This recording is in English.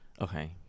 Okay